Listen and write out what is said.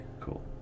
cool